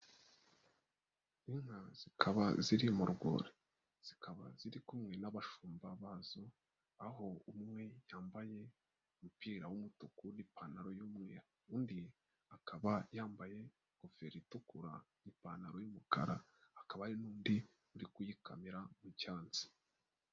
Inka zikaba ziri mu rwuri. Zikaba ziri kumwe n'abashumba bazo, aho umwe yambaye umupira w'umutuku n'ipantaro y'umweru, undi akaba yambaye ingofero itukura n'ipantaro y'umukara. Hakaba hari n'undi uri kuyikamira mu cyansi.